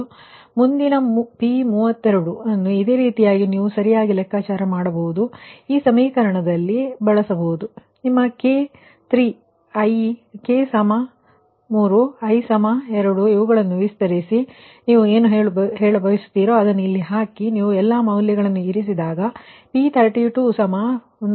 ಆದ್ದರಿಂದ ಮುಂದಿನ P32 ಅನ್ನು ಇದೇ ರೀತಿ ನೀವು ಸರಿಯಾಗಿ ಲೆಕ್ಕಾಚಾರ ಮಾಡಬಹುದು ಇದನ್ನು ನೀವು ಅದೇ ಸಮೀಕರಣದಲ್ಲಿ ಬಳಸಬಹುದು ಮತ್ತು ನಿಮ್ಮ k 3 i 2 ಇವುಗಳನ್ನು ವಿಸ್ತರಿಸಿ ಮತ್ತು ನೀವು ಏನು ಹೇಳಬಯಸುತ್ತಿರೋ ಅದನ್ನು ಹಾಕಿ ಮತ್ತು ಅಲ್ಲಿ ನೀವು ಎಲ್ಲಾ ಮೌಲ್ಯಗಳನ್ನು ಇರಿಸಿದಾಗ P3249